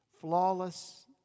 flawless